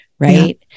Right